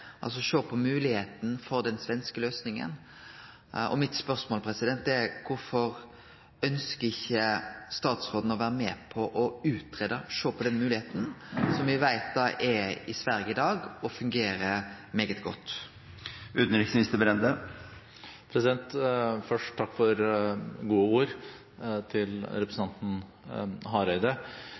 altså sjå på moglegheita for den svenske løysinga. Mitt spørsmål er: Kvifor ønskjer ikkje utanriksministeren å vere med på å greie ut og sjå på den moglegheita som me veit er i Sverige i dag, og som fungerer svært godt? Først takk til representanten Hareide for gode ord.